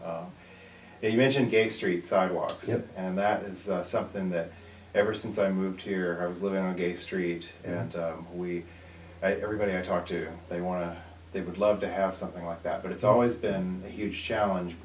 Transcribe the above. you mentioned gay street sidewalks and that is something that ever since i moved here i was living in a gay street and we everybody i talk to they want to they would love to have something like that but it's always been a huge challenge